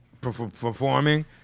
performing